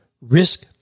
risk